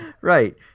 right